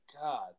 God